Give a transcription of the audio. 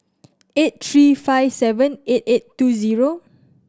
eight three five seven eight eight two zero